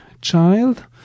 child